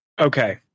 Okay